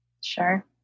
Sure